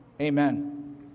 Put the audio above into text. Amen